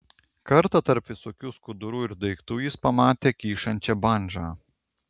kartą tarp visokių skudurų ir daiktų jis pamatė kyšančią bandžą